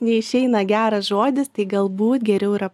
neišeina geras žodis tai galbūt geriau yra